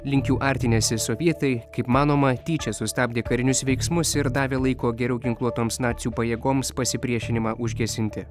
link jų artinęsi sovietai kaip manoma tyčia sustabdė karinius veiksmus ir davė laiko geriau ginkluotoms nacių pajėgoms pasipriešinimą užgesinti